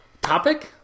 topic